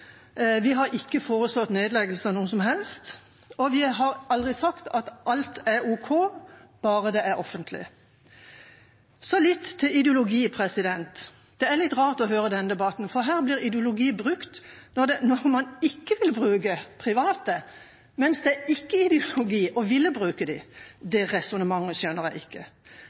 Vi har ikke foreslått nedleggelse av noe som helst, og vi har aldri sagt at alt er ok, bare det er offentlig. Så litt til ideologi. Det er litt rart å høre på denne debatten, for her blir ideologi brukt når man ikke vil bruke private, mens det ikke er ideologi å ville bruke dem. Det resonnementet skjønner jeg ikke.